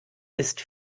ist